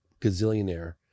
gazillionaire